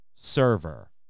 Server